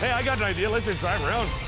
i got an idea. let's just drive around.